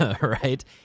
right